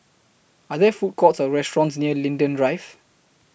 Are There Food Courts Or restaurants near Linden Drive